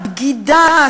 בגידה,